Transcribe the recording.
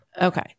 Okay